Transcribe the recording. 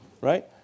Right